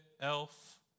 elf